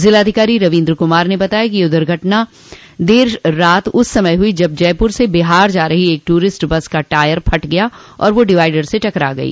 ज़िलाधिकारी रवोन्द्र कुमार ने बताया कि यह दुर्घटना देर रात उस समय हुई जब जयपुर से बिहार जा रही एक ट्ररिस्ट बस का टायर फट गया और वह डिवाइडर से टकरा गई